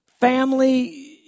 family